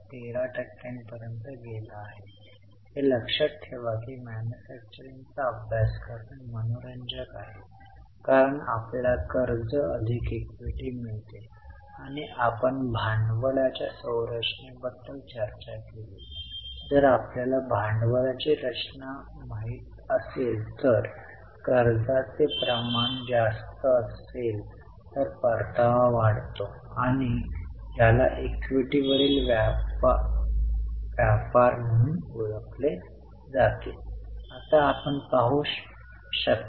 त्यांनी ऑपरेशन्समधून सकारात्मक कॅश फ्लो निर्माण केला आहे वर्षभरात त्यांनी गुंतवणूक केली आहे गुंतवणूकीतून नकारात्मक कॅश फ्लो आणि वित्तपुरवठ्यातून थोडासा सकारात्मक